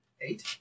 Eight